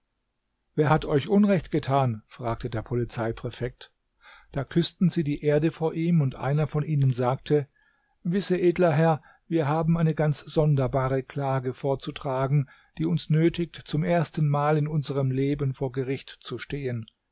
wer hat euch unrecht getan fragte der polizeipräfekt da küßten sie die erde vor ihm und einer von ihnen sagte wisse edler herr wir haben eine ganz sonderbare klage vorzutragen die uns nötigt zum erstenmal in unserem leben vor gericht zu stehen